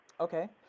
Okay